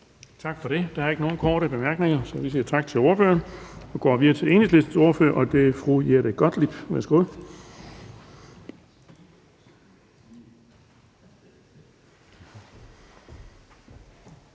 Tak for det. Der er ikke nogen korte bemærkninger. Tak til SF's ordfører. Vi går videre til Enhedslistens ordfører, og det er fru Jette Gottlieb. Værsgo.